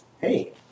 Hey